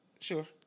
Sure